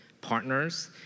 partners